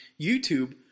YouTube